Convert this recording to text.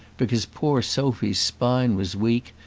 because poor sophy's spine was weak,